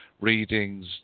readings